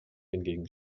hingegen